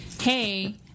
hey –